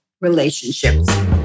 Relationships